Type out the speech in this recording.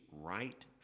right